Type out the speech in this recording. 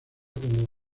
como